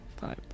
five